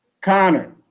Connor